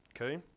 okay